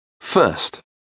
First